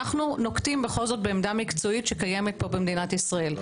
אנו נוקטים בכל זאת בעמדה מקצועית שקיימת פה במדינת ישראל.